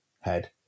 head